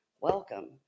welcome